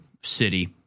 city